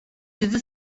dizi